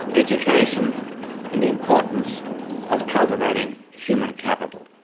education and the importance of cultivating human capital.